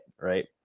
right